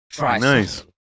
nice